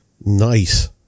Nice